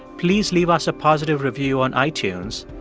please leave us a positive review on itunes.